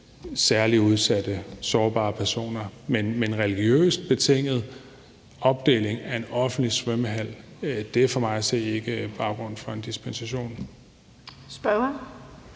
særlig udsatte, sårbare personer. Men religiøst betinget opdeling af en offentlig svømmehal er for mig at se ikke baggrund for en dispensation. Kl.